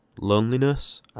loneliness